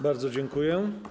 Bardzo dziękuję.